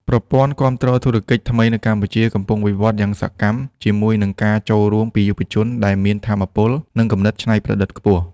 ប្រព័ន្ធគាំទ្រធុរកិច្ចថ្មីនៅកម្ពុជាកំពុងវិវត្តន៍យ៉ាងសកម្ម ជាមួយនឹងការចូលរួមពីយុវជនដែលមានថាមពល និងគំនិតច្នៃប្រឌិតខ្ពស់។